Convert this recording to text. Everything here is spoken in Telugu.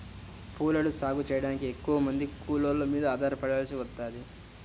పూలను సాగు చెయ్యడానికి ఎక్కువమంది కూలోళ్ళ మీద ఆధారపడాల్సి వత్తది